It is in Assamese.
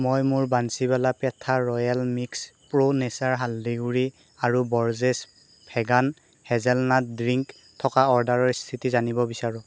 মই মোৰ Bansiwala petha royal mix pro nature হালধি গুড়ি আৰু বৰ্জেছ ভেগান হেজেলনাট ড্ৰিংক থকা অৰ্ডাৰৰ স্থিতি জানিব বিচাৰোঁ